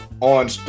on